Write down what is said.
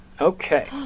Okay